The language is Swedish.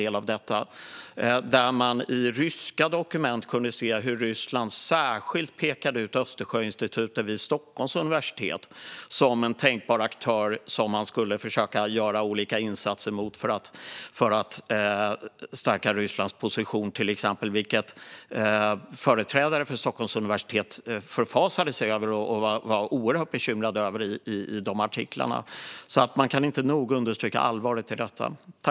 Den visade att man i ryska dokument kunde se att Ryssland särskilt pekade ut Östersjöcentrum vid Stockholms universitet som en tänkbar aktör att försöka göra olika insatser för att till exempel stärka Rysslands position, vilket företrädare för Stockholms universitet förfasade sig över och var oerhört bekymrade över i artiklar. Man kan alltså inte nog understryka allvaret i detta.